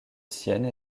sienne